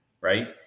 right